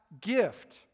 gift